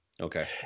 okay